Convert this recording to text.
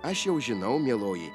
aš jau žinau mieloji